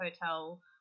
hotel